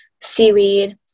seaweed